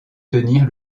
tenir